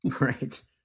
Right